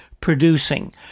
producing